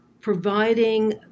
providing